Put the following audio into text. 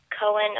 Cohen